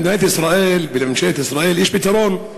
למדינת ישראל ולממשלת ישראל יש פתרון,